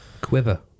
Quiver